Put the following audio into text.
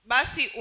Basi